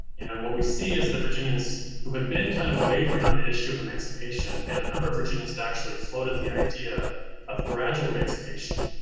and what we see is the virginian's who had been kind of wavering on the issue of emancipation and a number of virginians that actually floated the idea of gradual emancipation,